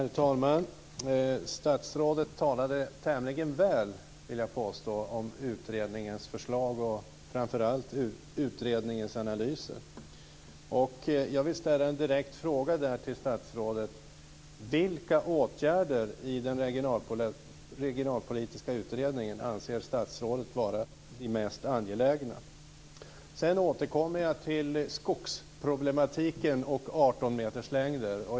Herr talman! Statsrådet talade tämligen väl, vill jag påstå, om utredningens förslag och framför allt om utredningens analyser. Jag vill ställa en direkt fråga till statsrådet: Vilka åtgärder i den regionalpolitiska utredningen anser statsrådet vara de mest angelägna? Sedan återkommer jag till skogsproblematiken och 18-meterslängder.